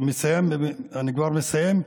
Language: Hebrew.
אני כבר מסיים.